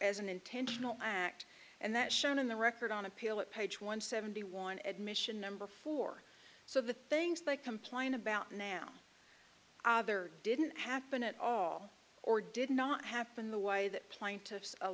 as an intentional act and that shown in the record on appeal at page one seventy one admission number four so the things they complain about now either didn't happen at all or did not happen the way the plaintiffs a